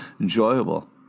enjoyable